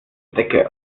decke